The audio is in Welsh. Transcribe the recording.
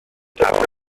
pren